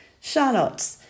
Charlotte